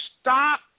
stop